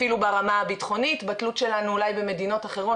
אפילו ברמה הביטחונית בתלות שלנו במדינות אחרות